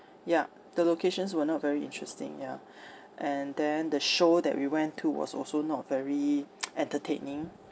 ya the locations were not very interesting ya and then the show that we went to was also not very entertaining